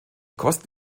kosten